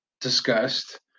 discussed